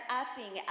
upping